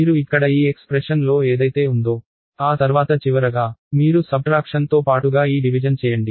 మీరు ఇక్కడ ఈ ఎక్స్ప్రెషన్లో ఏదైతే ఉందో ఆ తర్వాత చివరగా మీరు సబ్ట్రాక్షన్ తో పాటుగా ఈ డివిజన్ చేయండి